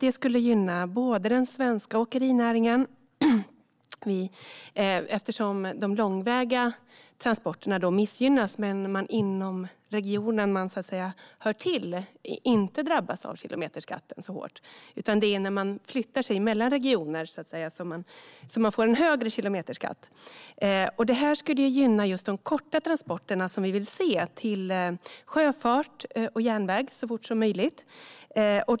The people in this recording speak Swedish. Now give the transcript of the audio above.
Det skulle gynna den svenska åkerinäringen eftersom de långväga transporterna missgynnas medan man inom den region man så att säga hör till inte drabbas så hårt av kilometerskatten. Det är när man flyttar sig mellan regioner som man får en högre kilometerskatt. Detta skulle gynna de korta transporterna som vi vill se till sjöfart och järnväg så fort som möjligt.